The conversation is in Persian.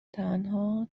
تنها